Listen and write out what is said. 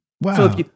Wow